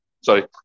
sorry